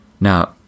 Now